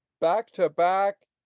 back-to-back